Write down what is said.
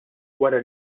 wara